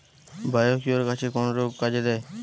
Biocure গাছের কোন রোগে কাজেদেয়?